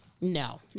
No